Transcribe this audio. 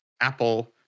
apple